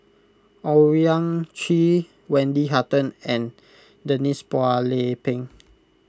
Owyang Chi Wendy Hutton and Denise Phua Lay Peng